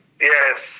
Yes